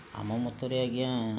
ଆମ ମତରେ ଆଜ୍ଞା